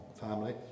family